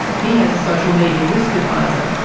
he has a social media risk advisor.